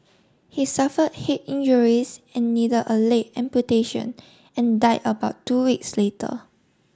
he suffered head injuries and needed a leg amputation and died about two weeks later